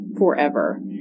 forever